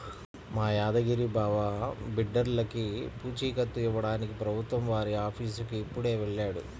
మా యాదగిరి బావ బిడ్డర్లకి పూచీకత్తు ఇవ్వడానికి ప్రభుత్వం వారి ఆఫీసుకి ఇప్పుడే వెళ్ళాడు